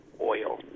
oil